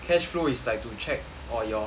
cash flow is like to check for your